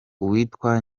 uwitwa